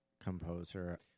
composer